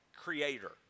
Creator